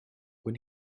when